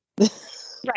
Right